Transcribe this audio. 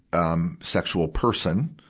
um, sexual person.